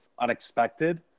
unexpected